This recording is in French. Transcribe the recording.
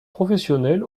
professionnelle